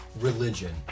Religion